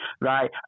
right